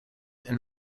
and